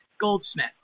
Goldsmith